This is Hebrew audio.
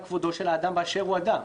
על כבודו של האדם באשר הוא אדם.